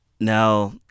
Now